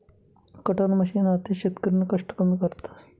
cutter machine आते शेतकरीना कष्ट कमी करस